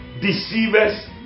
deceivers